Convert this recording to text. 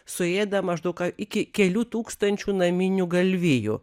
suėda maždaug iki kelių tūkstančių naminių galvijų